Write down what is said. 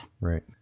Right